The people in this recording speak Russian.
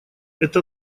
это